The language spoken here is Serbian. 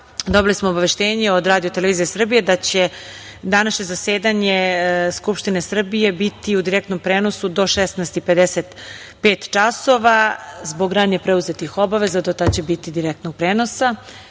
Dobili smo obaveštenje od Radio-televizije Srbije da će današnje zasedanje Skupštine Srbije biti u direktnom prenosu do 16.55 časova zbog ranije preuzetih obaveza. Do tada će biti direktnog prenosa. Reč